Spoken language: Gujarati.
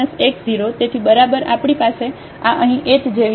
તેથી બરાબર આપણી પાસે આ અહીં h જેવી છે